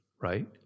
right